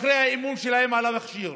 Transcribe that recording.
אחרי האימון שלהם על המכשיר.